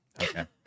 Okay